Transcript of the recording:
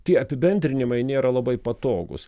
tie apibendrinimai nėra labai patogūs